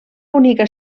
bonica